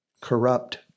corrupt